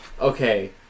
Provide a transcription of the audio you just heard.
okay